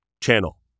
channel